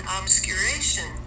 obscuration